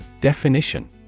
Definition